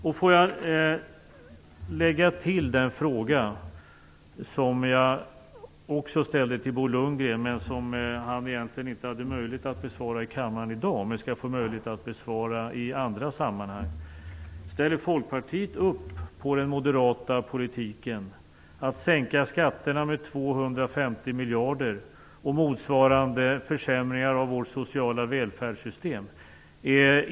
Jag vill ställa ytterligare en fråga som jag även ställde till Bo Lundgren men som han inte har möjlighet att besvara i kammaren i dag men som han skall få möjlighet att besvara i andra sammanhang. Ställer Folkpartiet upp på den moderata politiken som innebär en sänkning av skatterna med 250 miljarder och motsvarande försämringar av vårt sociala välfärdssystem?